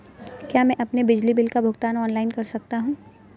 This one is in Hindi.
क्या मैं अपने बिजली बिल का भुगतान ऑनलाइन कर सकता हूँ?